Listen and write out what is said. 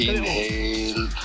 Inhale